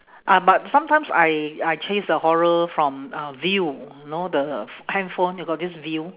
ah but sometimes I I chase the horror from uh viu you know the handphone they got this viu